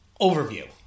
overview